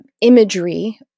imagery